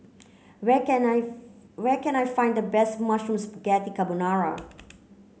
where can I where can I find the best Mushroom Spaghetti Carbonara